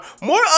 more